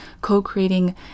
co-creating